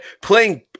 playing